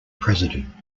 president